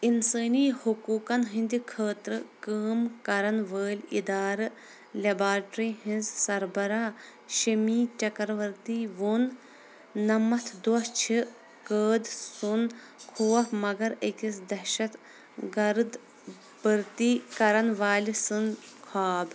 اِنسٲنی حقوٗقَن ہٕنٛدِ خٲطرٕ کٲم کَرن وٲلۍ اِدارٕ لٮ۪باٹِرٛی ہِنٛز سربَراہ شٔمی چَکَروَرتی ووٚن نَمَتھ دۄہ چھِ قٲد سُنٛد خوف مگر أکِس دہشت گَرٕد بٔھرتی کَرن والہِ سُنٛد خواب